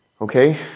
Okay